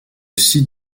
site